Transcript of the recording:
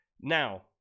now